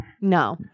No